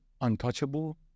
untouchable